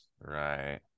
Right